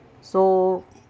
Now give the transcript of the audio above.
so